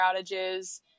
outages